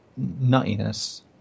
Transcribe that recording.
nuttiness